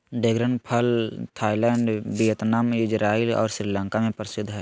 dragon फल Thailand Vietnam, Israel और श्रीलंका में प्रसिद्ध हइ